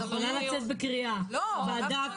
הבריאות --- את יכולה לצאת בקריאה מטעם הוועדה.